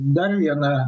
dar vieną